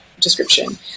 description